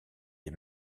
des